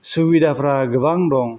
सुबिधाफोरा गोबां दं